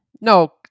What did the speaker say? No